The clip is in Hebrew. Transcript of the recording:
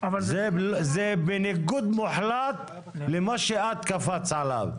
זה בניגוד מוחלט למה שאת קפצת עליו.